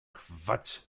quatsch